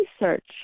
research